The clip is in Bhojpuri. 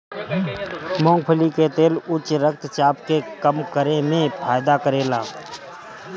मूंगफली के तेल उच्च रक्त चाप के कम करे में फायदा करेला